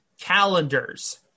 calendars